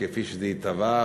כפי שזה התהווה,